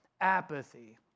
apathy